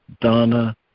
Donna